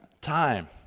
time